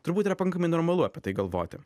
turbūt yra pakankamai normalu apie tai galvoti